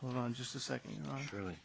hold on just a second you know really